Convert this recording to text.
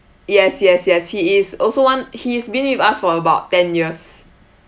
yes yes yes he is also one he's been with us for about ten years